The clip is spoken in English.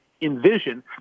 envision